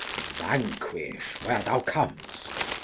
vanquish where thou comest!